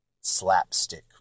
slapstick